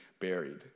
buried